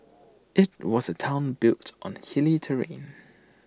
IT was A Town built on hilly terrain